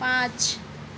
पाँच